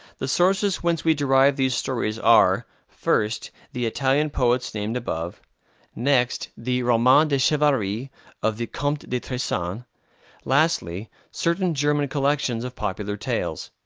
the sources whence we derive these stories are, first, the italian poets named above next, the romans de chevalerie of the comte de tressan lastly, certain german collections of popular tales.